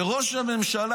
שראש הממשלה,